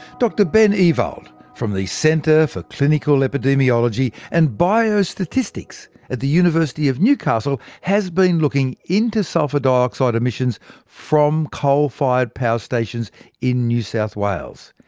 dr ben ewald from the centre for clinical epidemiology and biostatistics at the university of newcastle, has been looking into sulphur dioxide emissions from coal-fired power stations in new south wales,